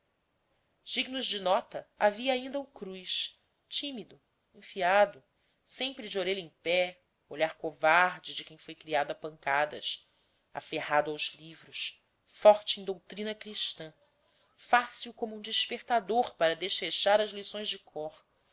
dignos de nota havia ainda o cruz tímido enfiado sempre de orelha em pé olhar covarde de quem foi criado a pancadas aferrado aos livros forte em doutrina cristã fácil como um despertador para desfechar as lições de cor